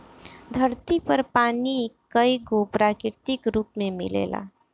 धरती पर पानी कईगो प्राकृतिक रूप में मिलेला